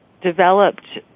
developed